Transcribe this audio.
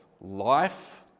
life